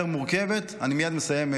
מורכבת ------ אני מייד מסיים,